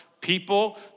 people